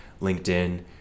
LinkedIn